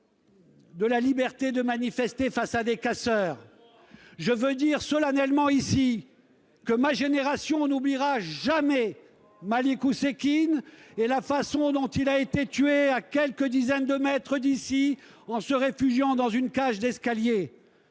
la liberté de manifester malgré la présence de casseurs ? Je le dis solennellement ici : ma génération n'oubliera jamais Malik Oussekine et la façon dont il a été tué, à quelques dizaines de mètres d'ici, en se réfugiant dans une cage d'escalier.